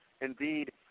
indeed